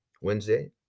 Wednesday